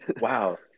wow